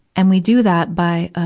and we do that by, um,